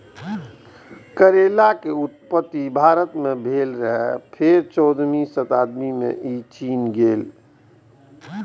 करैला के उत्पत्ति भारत मे भेल रहै, फेर चौदहवीं शताब्दी मे ई चीन गेलै